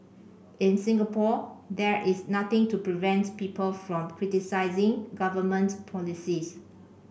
in Singapore there is nothing to prevent people from criticising government policies